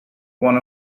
one